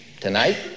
tonight